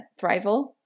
thrival